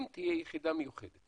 אם תהיה יחידה מיוחדת